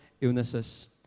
illnesses